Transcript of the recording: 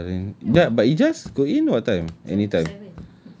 oh ya lah then ya but ijaz go in what time anytime